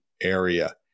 area